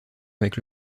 avec